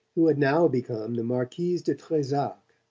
who had now become the marquise de trezac.